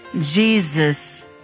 Jesus